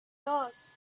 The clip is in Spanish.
dos